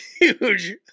huge